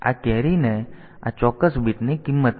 તેથી આ કેરી ને આ ચોક્કસ બીટની કિંમત મળશે